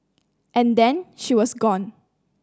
and then she was gone